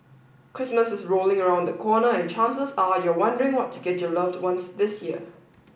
Christmas is rolling around the corner and chances are you're wondering what to get your loved ones this year